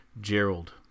Gerald